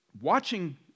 watching